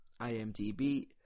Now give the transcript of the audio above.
IMDb